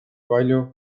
palju